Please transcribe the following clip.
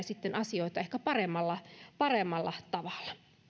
sitten asioita eteenpäin ehkä paremmalla paremmalla tavalla